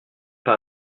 pas